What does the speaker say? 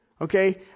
Okay